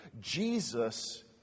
Jesus